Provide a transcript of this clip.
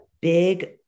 big